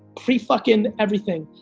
pre fucking everything,